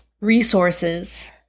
resources